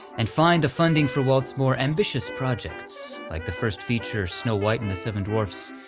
and find the funding for walt's more ambitious projects, like the first feature, snow white and the seven dwarfs,